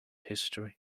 history